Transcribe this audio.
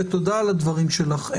תודה על הדברים שלך.